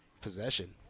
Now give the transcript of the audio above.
possession